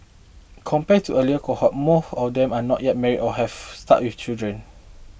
compared to earlier cohorts more of them are not yet married or have start your children